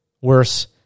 Worse